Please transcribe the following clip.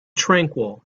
tranquil